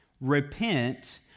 Repent